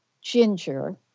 ginger